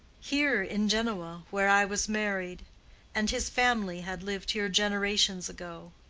here in genoa, where i was married and his family had lived here generations ago.